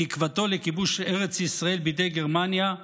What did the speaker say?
בתקוותו לכיבוש ארץ ישראל בידי גרמניה,